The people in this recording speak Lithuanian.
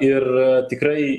ir tikrai